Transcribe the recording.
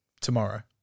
Tomorrow